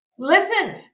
Listen